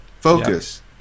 focus